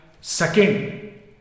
second